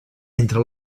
entre